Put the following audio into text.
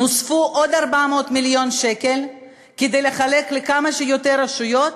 נוספו עוד 400 מיליון שקל כדי לחלק לכמה שיותר רשויות